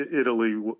Italy